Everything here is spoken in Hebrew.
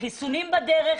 החיסונים בדרך,